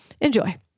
Enjoy